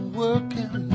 working